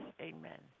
Amen